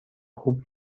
خوب